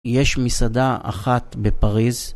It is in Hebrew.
יש מסעדה אחת בפריז